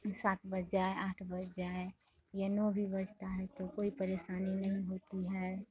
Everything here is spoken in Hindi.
सात बज जाए आठ बज जाए या नौ भी बजता है तो कोई परेशानी नहीं होती है